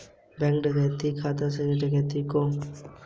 bank डकैती bank शाखा में डकैती को संदर्भित करता है